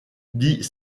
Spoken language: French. dit